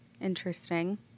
Interesting